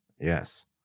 Yes